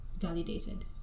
validated